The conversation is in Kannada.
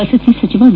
ವಸತಿ ಸಚಿವ ವಿ